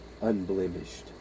unblemished